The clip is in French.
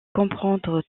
comprendre